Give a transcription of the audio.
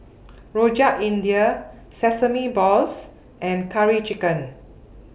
Rojak India Sesame Balls and Curry Chicken